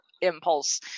impulse